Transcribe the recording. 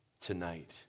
tonight